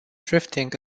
drifting